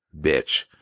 bitch